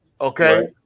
okay